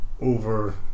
over